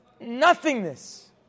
nothingness